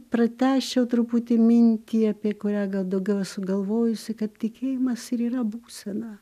pratęsčiau truputį mintį apie kurią gal daugiau esu galvojusi kad tikėjimas ir yra būsena